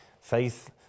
Faith